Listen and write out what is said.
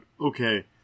okay